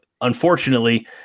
unfortunately